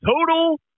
Total